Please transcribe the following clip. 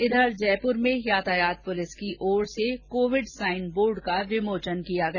इधर जयपुर में यातायात पुलिस की ओर से कोविड साइन बोर्ड का विमोचन किया गया